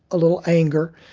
a little anger.